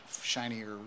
shinier